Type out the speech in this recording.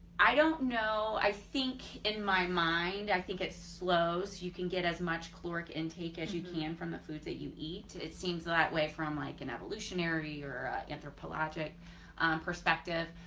i don't know i think in my mind i think it slows you can get as much chloric intake as you can from the foods that you eat. it seems that way from like an evolutionary or anthropologic perspective,